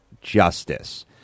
justice